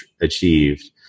achieved